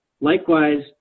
Likewise